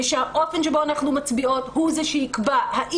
ושהאופן שבו אנחנו מצביעות הוא זה שיקבע אם